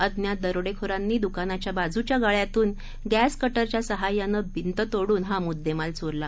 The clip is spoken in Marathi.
अज्ञात दरोडेखोरांनी दुकानाच्या बाजूच्या गाळ्यातून गॅस का उच्या साहाय्यानं भिंत तोडून हा मुद्देमाल चोरला